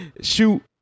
shoot